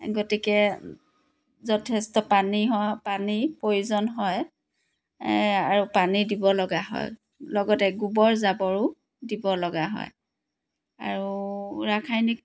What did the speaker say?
গতিকে যথেষ্ট পানী হয় পানীৰ প্ৰয়োজন হয় আৰু পানী দিব লগা হয় লগতে গোবৰ জাবৰো দিব লগা হয় আৰু ৰাসায়নিক